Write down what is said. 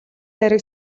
яриаг